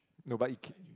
nobody care